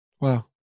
Wow